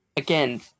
Again